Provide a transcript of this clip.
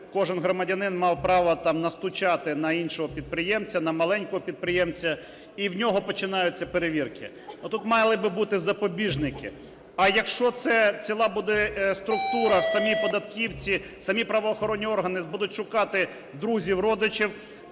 кожен громадянин мав право, там, настучати на іншого підприємця, на маленького підприємця і в нього починаються перевірки. Отут мали би бути запобіжники. А якщо це ціла буде структура, самі податківці, самі правоохоронні органи будуть шукати друзів, родичів,